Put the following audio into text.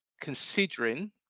considering